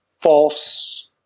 false